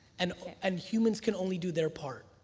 and and humans can only do their part.